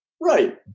Right